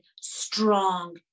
strong